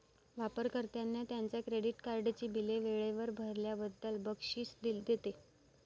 वापर कर्त्यांना त्यांच्या क्रेडिट कार्डची बिले वेळेवर भरल्याबद्दल बक्षीस देते